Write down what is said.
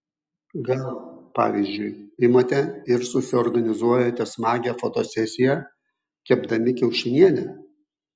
gal pavyzdžiui imate ir susiorganizuojate smagią fotosesiją kepdami kiaušinienę